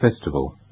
Festival